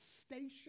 station